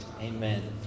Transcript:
Amen